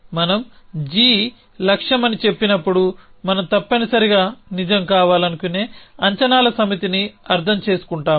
మనం g లక్ష్యం అని చెప్పినప్పుడు మనం తప్పనిసరిగా నిజం కావాలనుకునే అంచనాల సమితిని అర్థం చేసుకుంటాము